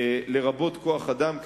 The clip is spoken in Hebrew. לרבות כוח-אדם,